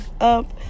up